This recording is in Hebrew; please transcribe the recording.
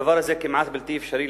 הדבר הזה כמעט בלתי אפשרי,